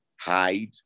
hide